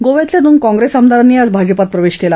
गोव्यातल्या दोन काँप्रेस आमदारांनी आज भाजपात प्रवेश केला